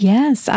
Yes